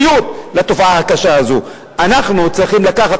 אנחנו יודעים שכל אלימות משפיעה.